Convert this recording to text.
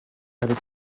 avec